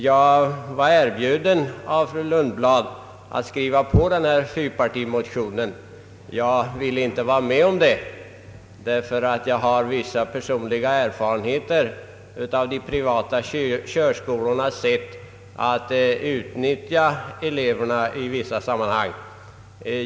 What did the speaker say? Fru Lundblad hade erbjudit mig att underteckna denna fyrpartimotion. Jag ville inte vara med om det, ty jag har personliga erfarenheter av de privata körskolornas sätt att utnyttja eleverna i vissa sammanhang.